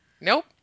Nope